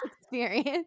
experience